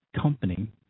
company